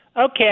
Okay